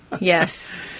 Yes